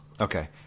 Okay